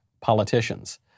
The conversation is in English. politicians